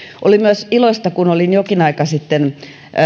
oli myös iloista kun olin jokin aika sitten